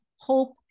hope